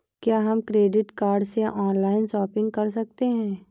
क्या हम credit card से ऑनलाइन शॉपिंग कर सकते हैं?